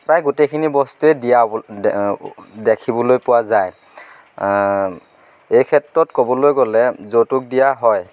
প্ৰায় গোটেইখিনি বস্তুৱেই দিয়া দেখিবলৈ পোৱা যায় এই ক্ষেত্ৰত ক'বলৈ গ'লে যৌতুক দিয়া হয়